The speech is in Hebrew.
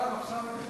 חוק כלי הירייה